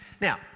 Now